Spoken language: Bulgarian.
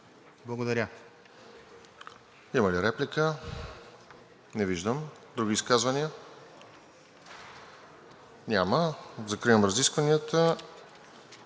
Благодаря.